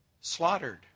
slaughtered